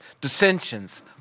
dissensions